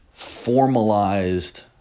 formalized